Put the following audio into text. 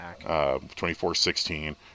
24-16